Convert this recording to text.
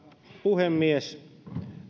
puhemies